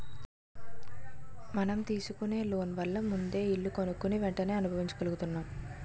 మనం తీసుకునే లోన్ వల్ల ముందే ఇల్లు కొనుక్కుని వెంటనే అనుభవించగలుగుతున్నాం